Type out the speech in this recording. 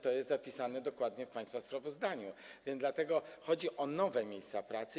To jest zapisane dokładnie w państwa sprawozdaniu, dlatego chodzi o nowe miejsca pracy.